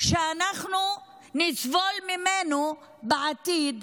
שאנחנו נסבול ממנו בעתיד,